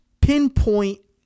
pinpoint